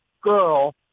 girl